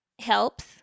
helps